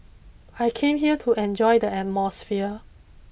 I came here to enjoy the atmosphere